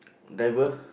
driver